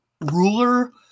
ruler